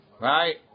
right